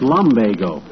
Lumbago